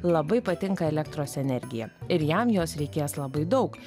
labai patinka elektros energija ir jam jos reikės labai daug